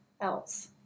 else